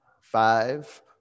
five